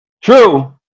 true